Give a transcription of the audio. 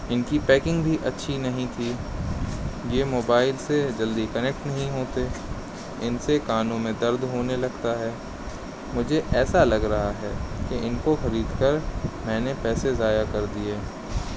ان کی پیکنگ بھی اچھی نہیں تھی یہ موبائل سے جلدی کنیکٹ نہیں ہوتے ان سے کانوں میں درد ہونے لگتا ہے مجھے ایسا لگ رہا ہے کہ ان کو خرید کر میں نے پیسے ضائع کر دیے